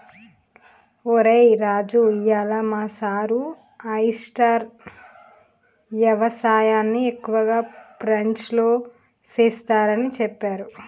ఒరై రాజు ఇయ్యాల మా సారు ఆయిస్టార్ యవసాయన్ని ఎక్కువగా ఫ్రెంచ్లో సెస్తారని సెప్పారు